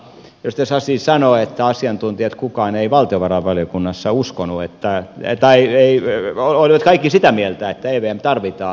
edustaja sasi sanoo että asiantuntijat valtiovarainvaliokunnassa olivat kaikki sitä mieltä että evm tarvitaan